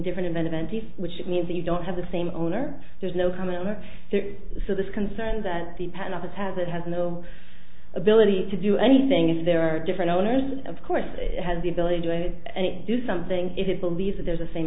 different event which means that you don't have the same owner there's no comma there so this concern that the pen others has it has no ability to do anything if there are different owners of course it has the ability to it and do something if it believes that there's a same